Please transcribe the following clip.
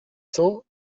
cents